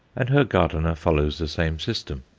and her gardener follows the same system.